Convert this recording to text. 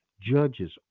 judges